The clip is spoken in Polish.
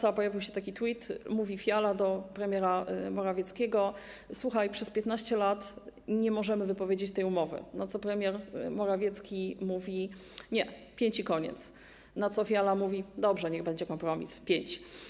A więc pojawił się taki tweet: mówi Fiala do premiera Morawieckiego: słuchaj, przez 15 lat nie możemy wypowiedzieć tej umowy, na co premier Morawiecki mówi: nie, pięć i koniec, na co Fiala mówi: dobrze, niech będzie kompromis: pięć.